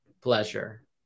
pleasure